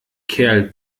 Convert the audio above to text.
kerl